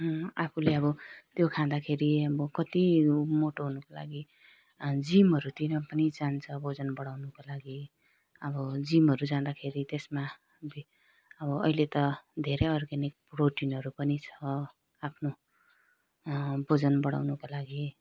अँ आफूले अब त्यो खाँदाखेरि अब कत्ति उ मोटो हुनु लागि जिमहरूतिर पनि जान्छ ओजन बढाउनुको लागि अब जिमहरू जाँदाखेरि त्यसमा भयो अब अहिले त धेरै अर्ग्यानिक प्रोटिनहरू पनि छ आफ्नो ओजन बढाउनुको लागि